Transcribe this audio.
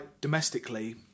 domestically